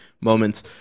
moments